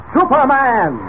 Superman